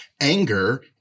anger